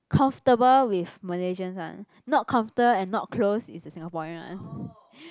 comfortable with Malaysians one not comfortable and not close is the Singaporean one